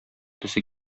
төсе